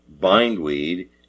bindweed